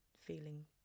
feeling